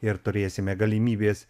ir turėsime galimybės